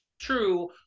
true